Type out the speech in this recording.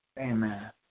Amen